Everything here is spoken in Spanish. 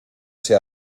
ese